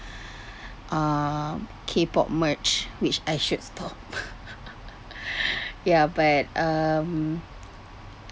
um K-pop merch which I should stop ya but um